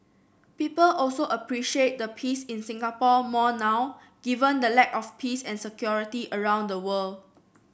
people also appreciate the peace in Singapore more now given the lack of peace and security around the world